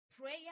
Prayer